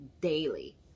daily